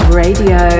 radio